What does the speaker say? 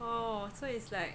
oh so it's like